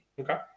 Okay